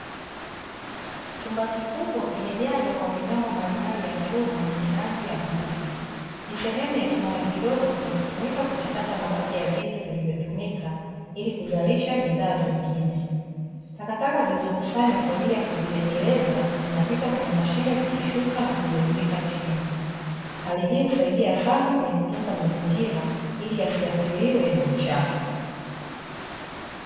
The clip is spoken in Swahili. Chumba kukubwa kimejaza kwa mitambo mablimbali ya chuma yenye rangi ya bluu sehemu ya kiwanda kidogo, kinachotumika kuchakata mabaki ya vitu vilivyotumika, ili kudharisha bidhaa zingine, takataka zilizokusanywa kwaajili ya kurejelezwa zinapita kwenye mashine zikishuka na kujirundika chini hali hii husaidia sana kwenye kutunza mazingira ili yasiathiriwe na uchafu.